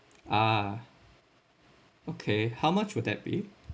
ah okay how much would that be